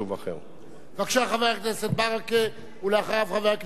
בבקשה, חבר הכנסת ברכה, ואחריו, חבר הכנסת טיבי.